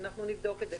אנחנו נבדוק את זה.